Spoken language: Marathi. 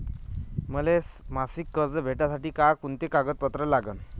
मले मासिक कर्ज भेटासाठी का कुंते कागदपत्र लागन?